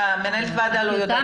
מנהלת הוועדה לא יודעת על זה.